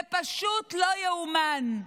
זה פשוט לא ייאמן.